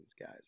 guys